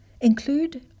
Include